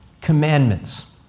commandments